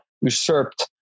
usurped